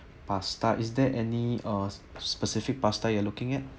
pasta is there any uh specific pasta you are looking at